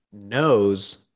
knows